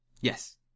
Yes